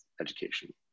education